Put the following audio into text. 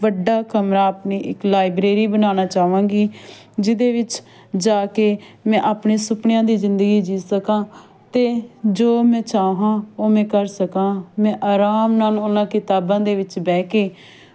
ਵੱਡਾ ਕਮਰਾ ਆਪਣੀ ਇੱਕ ਲਾਈਬ੍ਰੇਰੀ ਬਣਾਉਣਾ ਚਾਹਵਾਂਗੀ ਜਿਹਦੇ ਵਿੱਚ ਜਾ ਕੇ ਮੈਂ ਆਪਣੇ ਸੁਪਨਿਆਂ ਦੀ ਜ਼ਿੰਦਗੀ ਜੀਅ ਸਕਾਂ ਅਤੇ ਜੋ ਮੈਂ ਚਾਹਾਂ ਉਹ ਮੈਂ ਕਰ ਸਕਾਂ ਮੈਂ ਆਰਾਮ ਨਾਲ ਉਹਨਾਂ ਕਿਤਾਬਾਂ ਦੇ ਵਿੱਚ ਬਹਿ ਕੇ